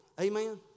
Amen